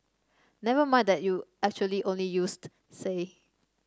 never mind that you actually only used say